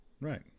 right